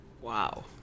Wow